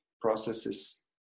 processes